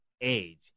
age